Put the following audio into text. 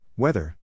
Weather